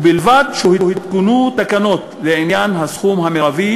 ובלבד שהותקנו תקנות לעניין הסכום המרבי